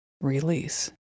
release